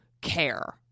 care